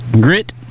Grit